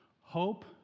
Hope